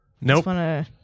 Nope